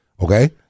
okay